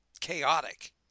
chaotic